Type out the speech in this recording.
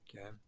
okay